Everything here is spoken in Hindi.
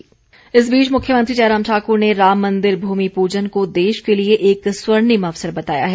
प्रदेश राम मंदिर इस बीच मुख्यमंत्री जयराम ठाकुर ने राम मंदिर भूमि पूजन को देश के लिए एक स्वर्णिम अवसर बताया है